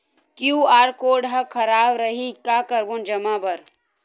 QR code हा खराब रही का करबो जमा बर?